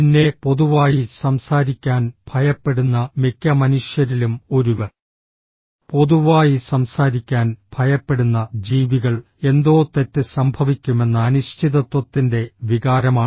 പിന്നെ പൊതുവായി സംസാരിക്കാൻ ഭയപ്പെടുന്ന മിക്ക മനുഷ്യരിലും ഒരു പൊതുവായി സംസാരിക്കാൻ ഭയപ്പെടുന്ന ജീവികൾ എന്തോ തെറ്റ് സംഭവിക്കുമെന്ന അനിശ്ചിതത്വത്തിന്റെ വികാരമാണ്